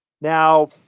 now